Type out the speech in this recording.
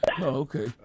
okay